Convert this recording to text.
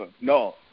No